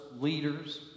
leaders